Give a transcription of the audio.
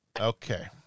okay